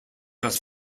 das